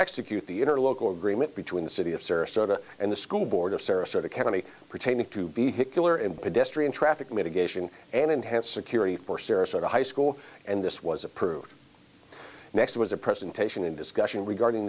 execute the inner local agreement between the city of sarasota and the school board of sarasota county pertaining to be hit killer and pedestrian traffic mitigation and enhanced security for sarasota high school and this was approved next was a presentation in discussion regarding